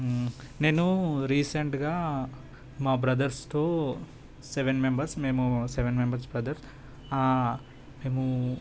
నేను రీసెంట్గా మా బ్రదర్స్తో సెవెన్ మెంబర్స్ మేము సెవెన్ మెంబర్స్ బ్రదర్స్ ఆ మేము